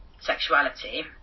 sexuality